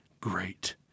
great